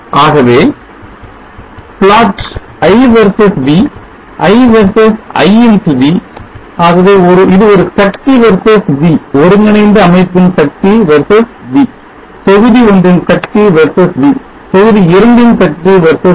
ஆகவே plot i versus v i versus i x v ஆகவே இது ஒரு சக்தி versus v ஒருங்கிணைந்த அமைப்பின் சக்தி versus v தொகுதி ஒன்றின் சக்தி versus v தொகுதி 2 ன் சக்தி versus v